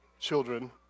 children